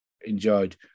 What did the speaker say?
enjoyed